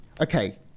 Okay